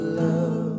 love